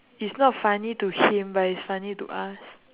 it's not funny to him but it's funny to us